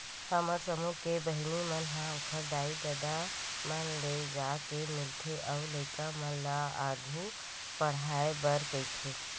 हमर समूह के बहिनी मन ह ओखर दाई ददा मन ले जाके मिलथे अउ लइका मन ल आघु पड़हाय बर कहिथे